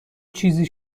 چیزی